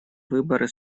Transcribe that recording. выборы